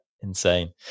Insane